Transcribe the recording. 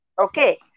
Okay